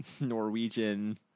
Norwegian